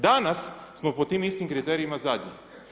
Danas, smo po tim istim kriterijima zadnji.